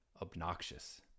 obnoxious